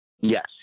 yes